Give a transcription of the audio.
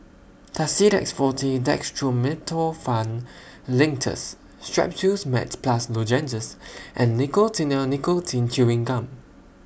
Tussidex Forte Dextromethorphan Linctus Strepsils Max Plus Lozenges and Nicotinell Nicotine Chewing Gum